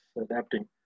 adapting